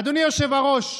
אדוני היושב-ראש,